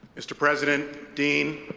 mr. president, dean,